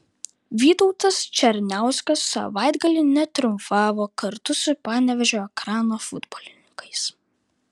vytautas černiauskas savaitgalį netriumfavo kartu su panevėžio ekrano futbolininkais